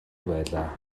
байлаа